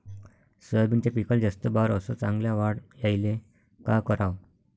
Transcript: सोयाबीनच्या पिकाले जास्त बार अस चांगल्या वाढ यायले का कराव?